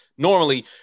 Normally